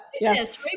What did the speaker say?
Yes